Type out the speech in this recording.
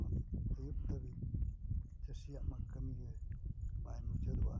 ᱠᱷᱚᱱ ᱟᱹᱭᱩᱵ ᱫᱷᱟᱹᱵᱤᱡ ᱪᱟᱹᱥᱤᱭᱟᱜ ᱢᱟ ᱠᱟᱹᱢᱤ ᱜᱮ ᱵᱟᱭ ᱢᱩᱪᱟᱹᱫᱚᱜᱼᱟ